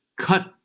cut